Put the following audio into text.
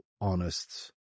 honest